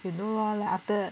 you know lor like after